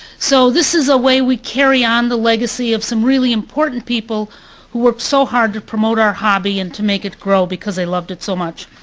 so this is a way we carry on the legacy of some really important people who work so hard to promote our hobby and to make it grow because they loved it so much.